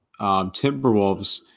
Timberwolves